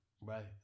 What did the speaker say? Right